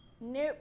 nope